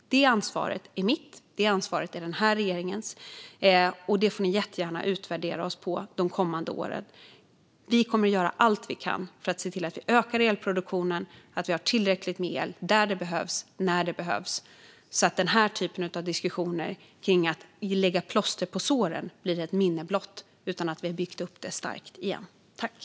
Det ansvaret är mitt och regeringens. Ni får jättegärna utvärdera oss de kommande åren. Vi kommer att göra allt vi kan för att öka elproduktionen och se till att det finns tillräckligt med el där det behövs när det behövs, så att den typen av diskussioner om att lägga plåster på såren blir ett minne blott och man i stället bygger upp en stark produktion igen.